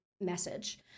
message